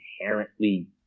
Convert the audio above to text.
inherently